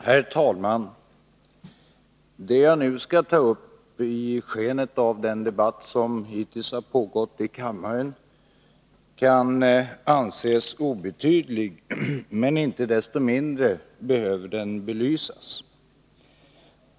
Herr talman! Det jag nu skall ta upp kan i skenet av den debatt som hittills har förts i kammaren synas obetydligt, men inte desto mindre behöver det belysas.